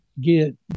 get